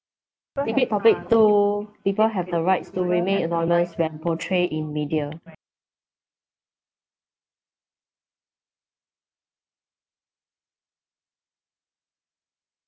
debate topic two people have the rights to remain anonymous when portrayed in media